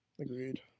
Agreed